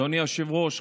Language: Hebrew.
אדוני היושב-ראש,